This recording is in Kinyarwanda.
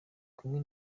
kumwe